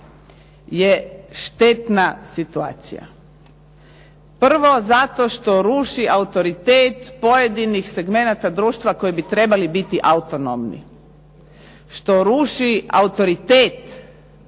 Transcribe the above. je štetna situacija. Prvo zato što ruši autoritet pojedinih segmenata društva koji bi trebali biti autonomni što ruši autoritet